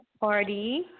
Party